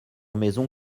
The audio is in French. maison